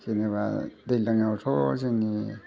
जेनोबा दैज्लाङावथ' जोंनि